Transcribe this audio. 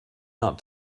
not